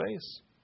space